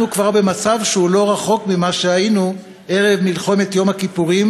אנחנו כבר במצב שהוא לא רחוק ממה שהיינו ערב מלחמת יום הכיפורים,